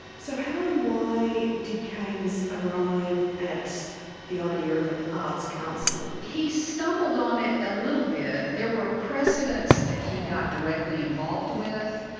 so how and why did keynes arrive at the idea of an arts council? he stumbled on it a little bit. there were precedents that he got directly involved with.